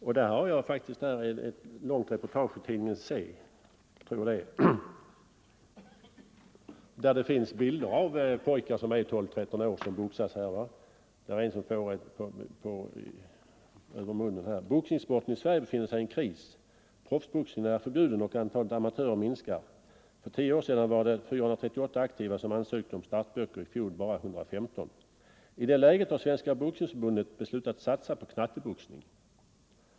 Jag kan hänvisa till ett långt reportage i tidningen Se, där det finns bilder av pojkar i 12-13-årsåldern som boxas. En av dem får ett slag över munnen. Texten lyder: ”Boxningssporten i Sverige befinner sig i en kris. Proffsboxningen är förbjuden och antalet amatörer minskar. För 10 år sedan var det 438 aktiva som ansökte om startböcker. I fjol bara IIS. I det läget har Svenska Boxningsförbundet beslutat satsa på knatteboxning.